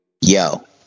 yo